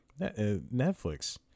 Netflix